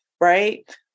right